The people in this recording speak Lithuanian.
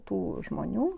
tų žmonių